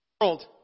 world